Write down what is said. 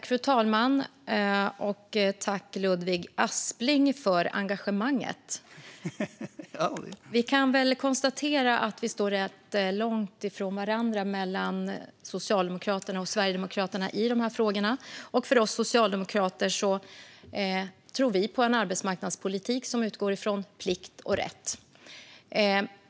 Fru ålderspresident! Tack, Ludvig Aspling, för engagemanget! Vi kan väl konstatera att Socialdemokraterna och Sverigedemokraterna står rätt långt från varandra i de här frågorna. Vi socialdemokrater tror på en arbetsmarknadspolitik som utgår från plikt och rätt.